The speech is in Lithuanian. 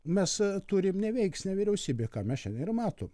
mes turim neveiksnią vyriausybę ką mes šiandie ir matom